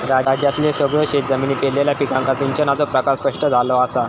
राज्यातल्यो सगळयो शेतजमिनी पेरलेल्या पिकांका सिंचनाचो प्रकार स्पष्ट झाला असा